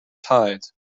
tides